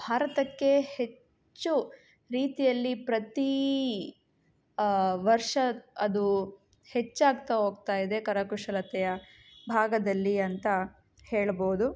ಭಾರತಕ್ಕೆ ಹೆಚ್ಚು ರೀತಿಯಲ್ಲಿ ಪ್ರತಿ ವರ್ಷ ಅದು ಹೆಚ್ಚಾಗ್ತಾ ಹೋಗ್ತಾ ಇದೆ ಕರಕುಶಲತೆಯ ಭಾಗದಲ್ಲಿ ಅಂತ ಹೇಳ್ಬೋದು